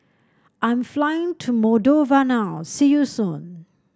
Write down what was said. I'm flying to Moldova now see you soon